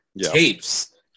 tapes